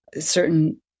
certain